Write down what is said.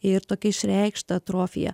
ir tokia išreikšta atrofija